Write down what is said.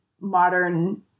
modern